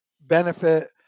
benefit